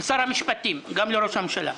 לשר המשפטים, וגם לראש הממשלה.